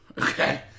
Okay